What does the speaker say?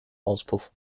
auspuff